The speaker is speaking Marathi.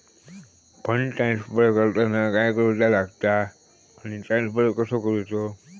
फंड ट्रान्स्फर करताना काय करुचा लगता आनी ट्रान्स्फर कसो करूचो?